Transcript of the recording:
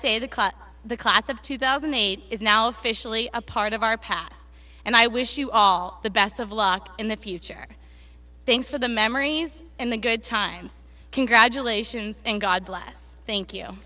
say that the class of two thousand and eight is now officially a part of our past and i wish you all the best of luck in the future thanks for the memories and the good times congratulations and god bless thank you